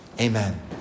Amen